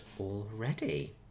already